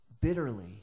bitterly